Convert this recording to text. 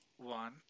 One